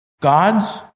God's